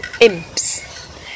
imps